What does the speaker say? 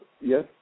Yes